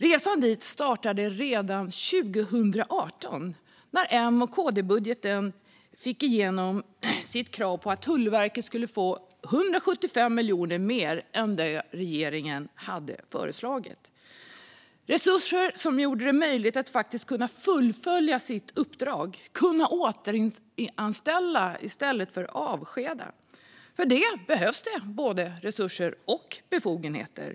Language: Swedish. Resan dit startade redan 2018 när Moderaterna och Kristdemokraterna genom sin budget fick igenom sitt krav på att Tullverket skulle få 175 miljoner mer än det regeringen hade föreslagit. Det var resurser som gjorde det möjligt för Tullverket att kunna fullfölja sitt uppdrag och kunna återanställa i stället för att avskeda. För detta behövs både resurser och befogenheter.